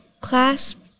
clasp